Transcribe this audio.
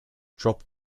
drop